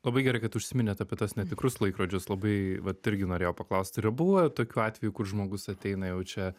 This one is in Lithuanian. labai gerai kad užsiminėt apie tuos netikrus laikrodžius labai vat irgi norėjau paklausti yra buvę tokių atvejų kur žmogus ateina jau čia